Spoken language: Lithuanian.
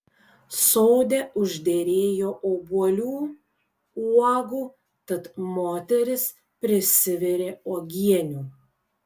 sode užderėjo obuolių uogų tad moteris prisivirė uogienių